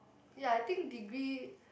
ya I think degree